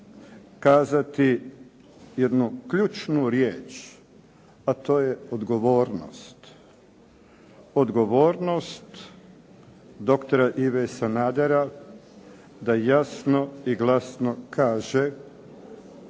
kazati jednu ključnu riječ, a to je odgovornost. Odgovornost doktora Ive Sanadera da jasno i glasno kaže